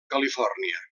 califòrnia